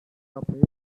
yapmayı